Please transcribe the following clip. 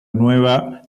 nueva